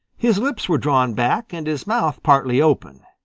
his lips were drawn back and his mouth partly open.